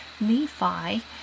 nephi